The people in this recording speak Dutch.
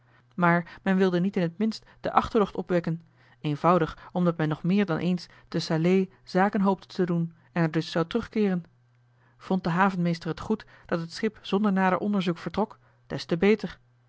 maar men wilde niet in het minst de achterdocht opwekken eenvoudig omdat men nog meer dan eens te salé zaken hoopte te doen en er dus zou terugkeeren vond de havenmeester het goed dat het schip zonder nader onderzoek vertrok des te beter